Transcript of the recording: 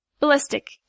Ballistic